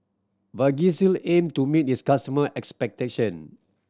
Vagisil aim to meet its customer expectation